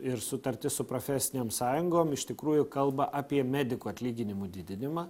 ir sutartis su profesinėm sąjungom iš tikrųjų kalba apie medikų atlyginimų didinimą